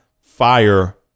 fire